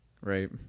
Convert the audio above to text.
Right